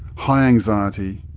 high anxiety,